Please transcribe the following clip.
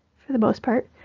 for the most part,